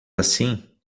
assim